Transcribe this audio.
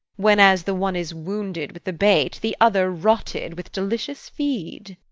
when as the one is wounded with the bait, the other rotted with delicious feed.